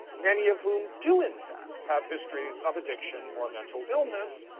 many of whom do, in fact, have histories of addiction or mental illness,